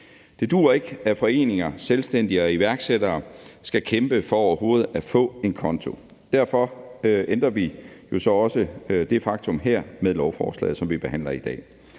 Det duer ikke, at foreninger, selvstændige og iværksættere skal kæmpe for overhovedet at få en konto. Derfor ændrer vi jo så også det faktum her med lovforslaget, som vi behandler i dag.